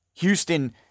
Houston